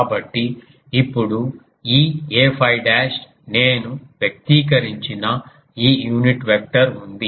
కాబట్టి ఇప్పుడు ఈ a 𝛟 డాష్డ్ నేను వ్యక్తీకరించిన ఈ యూనిట్ వెక్టర్ ఉంది